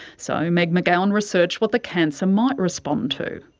so meg mcgowan researched what the cancer might respond to,